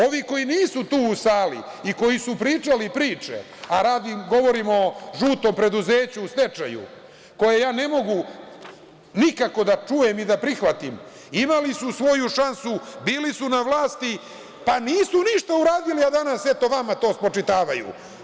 Ovi koji nisu tu u sali, i koji su pričali priče, a govorim o žutom preduzeću u stečaju, koje ja ne mogu nikako da čujem i prihvatim, imali su svoju šansu, bili su na vlasti pa nisu ništa uradili, a danas vama to spočitavaju.